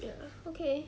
ya